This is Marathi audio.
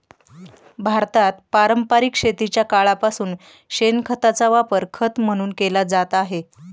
भारतात पारंपरिक शेतीच्या काळापासून शेणखताचा वापर खत म्हणून केला जात आहे